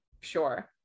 sure